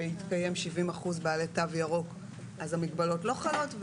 בהתקיים שבעים אחוז בעלי תו ירוק אז המגבלות לא חלות.